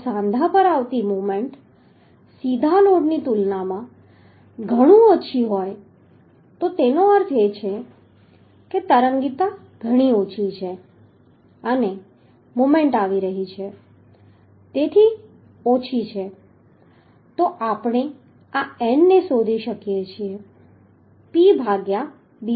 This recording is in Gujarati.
જો સાંધા પર આવતી મોમેન્ટ સીધા લોડની તુલનામાં ઘણું ઓછું હોય તો તેનો અર્થ એ થાય કે જો તરંગીતા ઘણી ઓછી છે અને મોમેન્ટ આવી રહી છે તેથી ઓછી છે તો આપણે આ n ને શોધી શકીએ છીએ P ભાગ્યા Bsd થી